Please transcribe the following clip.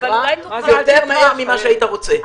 מהר יותר ממה שהיית רוצה.